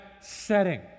setting